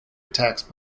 attacks